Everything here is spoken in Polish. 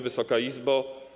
Wysoka Izbo!